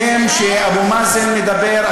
כשאבו מאזן מדבר,